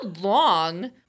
long